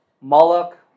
Moloch